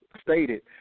stated